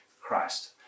Christ